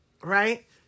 right